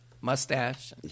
mustache